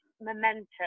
momentum